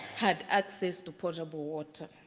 had access to portable water.